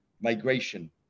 migration